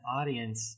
audience